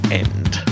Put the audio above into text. end